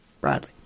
Bradley